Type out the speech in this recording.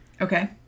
Okay